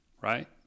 right